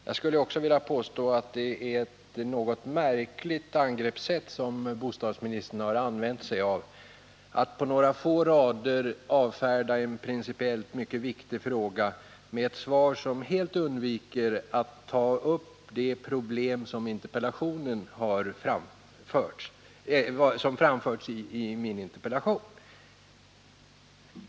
Jag skulle också vilja påstå att det är ett något märkligt angreppssätt bostadsministern har använt sig av, nämligen att i några få meningar avfärda en principiellt mycket viktig fråga och helt undvika att ta upp de problem som framförts i interpellationen.